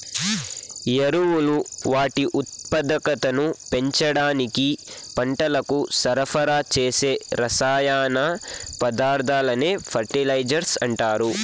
ఎరువులు వాటి ఉత్పాదకతను పెంచడానికి పంటలకు సరఫరా చేసే రసాయన పదార్థాలనే ఫెర్టిలైజర్స్ అంటారు